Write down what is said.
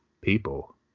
people